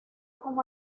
como